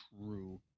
true